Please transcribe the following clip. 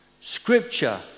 Scripture